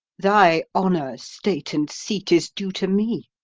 thy honour, state, and seat, is due to me.